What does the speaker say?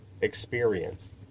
experience